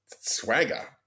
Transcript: swagger